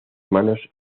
manos